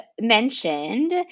mentioned